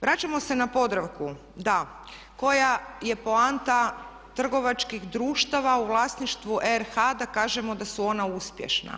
Vraćamo se na Podravku, koja je poanta trgovačkih društava u vlasništvu RH da kažemo da su ona uspješna?